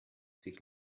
sich